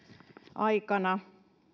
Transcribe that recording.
aikana